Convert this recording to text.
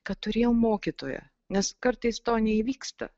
kad turėjau mokytoją nes kartais to neįvyksta